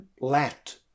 let